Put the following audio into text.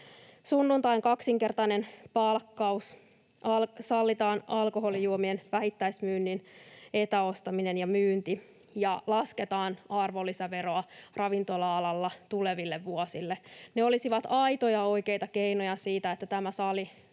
Sunnuntain kaksinkertainen palkkaus, sallitaan alkoholijuomien vähittäismyynnin etäostaminen ja myynti ja lasketaan arvonlisäveroa ravintola-alalla tuleville vuosille — ne olisivat aitoja, oikeita keinoja siihen, että tämä sali